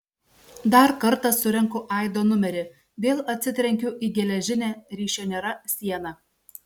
dar kartą surenku aido numerį vėl atsitrenkiu į geležinę ryšio nėra sieną